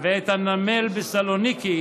ואת הנמל בסלוניקי,